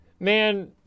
Man